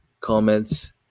comments